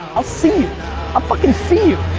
i'll see you. i'll fucking see you.